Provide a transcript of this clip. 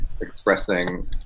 expressing